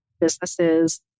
businesses